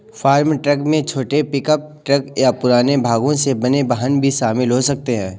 farm truck में छोटे pickup truck या पुराने भागों से बने वाहन भी शामिल हो सकते हैं